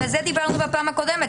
על זה דיברנו בפעם הקודמת.